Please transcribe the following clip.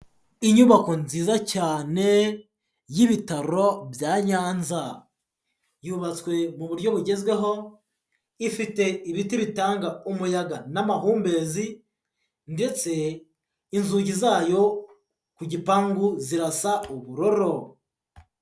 Inyubako nziza cyane y'ibitaro bya Nyanza, yubatswe mu buryo bugezweho, ifite ibiti umuyaga n'amahumbezi ndetse inzugi zayo ku gipangu zirasa ubururu.